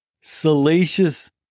Salacious